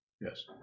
Yes